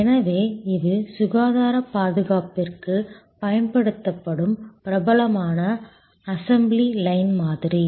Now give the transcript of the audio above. எனவே இது சுகாதாரப் பாதுகாப்பிற்குப் பயன்படுத்தப்படும் பிரபலமான அசெம்பிளி லைன் மாதிரி